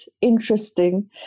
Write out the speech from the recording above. interesting